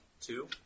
two